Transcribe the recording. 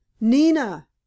Nina